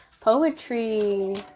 Poetry